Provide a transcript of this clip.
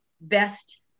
best